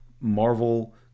Marvel